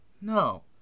No